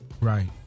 right